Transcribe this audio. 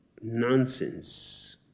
nonsense